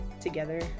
together